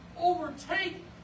overtake